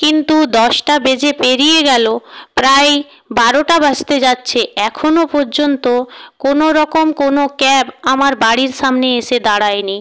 কিন্তু দশটা বেজে পেরিয়ে গেল প্রায় বারোটা বাজতে যাচ্ছে এখনও পর্যন্ত কোনওরকম কোনও ক্যাব আমার বাড়ির সামনে এসে দাঁড়ায়নি